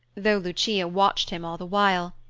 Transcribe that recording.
though lucia watched him all the while,